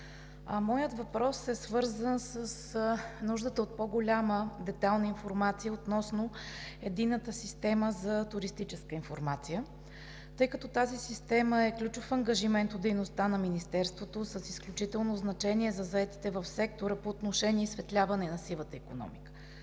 Моят въпрос е свързан с нуждата от по-голяма, детайлна информация относно Единната система за туристическа информация, тъй като тази система е ключов ангажимент от дейността на Министерството с изключително значение за заетите в сектора по отношение изсветляване на сивата икономика.